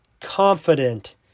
confident